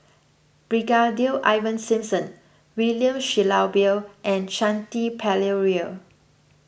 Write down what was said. Brigadier Ivan Simson William Shellabear and Shanti Pereira